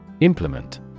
Implement